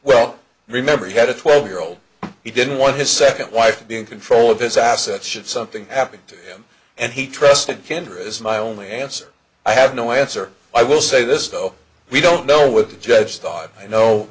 well remember he had a twelve year old he didn't want his second wife to be in control of his assets should something happen to him and he trusted kendra is my only answer i have no answer i will say this though we don't know what the judge thought you know